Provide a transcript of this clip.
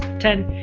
ten